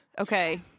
Okay